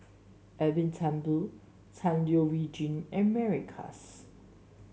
Edwin Thumboo Tan Leo Wee and Mary Klass